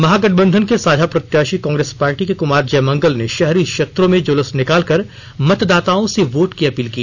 महागठबंधन के साझा प्रत्याशी कांग्रेस पार्टी के कुमार जयमंगल ने शहरी क्षेत्रों में जुलूस निकालकर मतदाताओं से वोट की अपील की